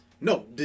No